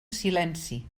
silenci